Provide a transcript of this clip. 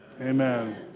Amen